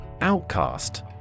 Outcast